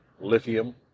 lithium